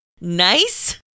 nice